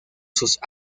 sus